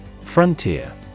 Frontier